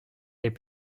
les